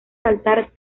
saltar